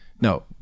no